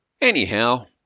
Anyhow